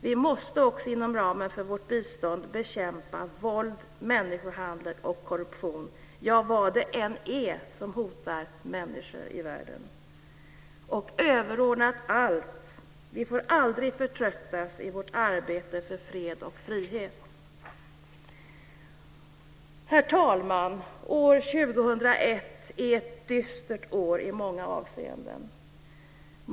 Vi måste också inom ramen för vårt bistånd bekämpa våld, människohandel och korruption, ja, vad det än är som hotar människor i världen, och överordnat allt. Vi får aldrig förtröttas i vårt arbete för fred och frihet. Herr talman! År 2001 är ett dystert år i många avseenden.